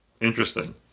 Interesting